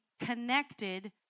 connected